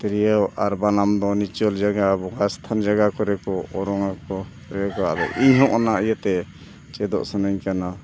ᱛᱤᱨᱭᱳ ᱟᱨ ᱵᱟᱱᱟᱢ ᱫᱚ ᱱᱤᱪᱳᱞ ᱡᱟᱭᱜᱟ ᱵᱚᱸᱜᱟ ᱥᱛᱷᱟᱱ ᱡᱟᱭᱜᱟ ᱠᱚᱨᱮ ᱠᱚ ᱚᱨᱚᱝ ᱟᱠᱚ ᱤᱧᱦᱚᱸ ᱚᱱᱟ ᱤᱭᱟᱹ ᱛᱮ ᱪᱮᱫᱚᱜ ᱥᱟᱱᱟᱧ ᱠᱟᱱᱟ